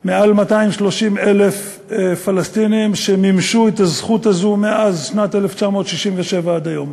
יותר מ-230,000 פלסטינים שמימשו את הזכות הזאת מאז שנת 1967 ועד היום,